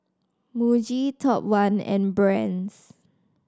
Muji Top One and Brand's